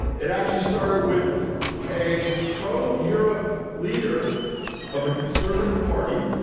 it actually started with a pro-europe leader of the conservative party